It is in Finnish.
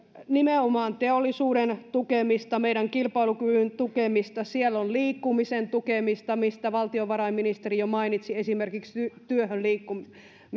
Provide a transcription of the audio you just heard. nimenomaan teollisuuden tukemista meidän kilpailukyvyn tukemista siellä on liikkumisen tukemista mistä valtiovarainministeri jo mainitsi esimerkiksi työhön liikkumisen